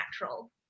natural